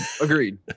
Agreed